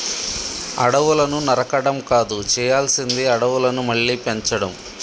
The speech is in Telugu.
అడవులను నరకడం కాదు చేయాల్సింది అడవులను మళ్ళీ పెంచడం